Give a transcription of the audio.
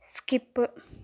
skip